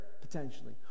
potentially